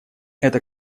эта